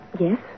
Yes